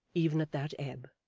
even at that ebb.